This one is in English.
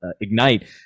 Ignite